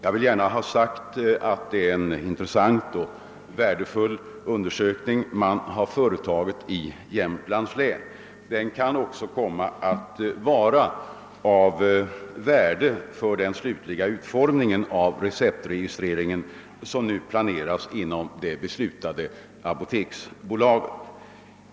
Jag vill gärna ha sagt att det är en intressant och värdefull undersökning man har företagit i Jämtlands län. Den kan också komma att bli av värde för den slutliga utformning av receptregistreringen som nu planeras inom det beslutade apoteksbolaget.